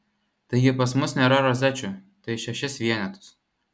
taigi pas mus nėra rozečių tai šešis vienetus